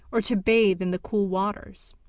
or to bathe in the cool waters.